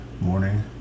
morning